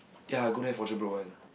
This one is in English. ya I go there for sure broke one